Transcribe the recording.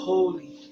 Holy